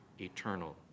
eternal